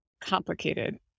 complicated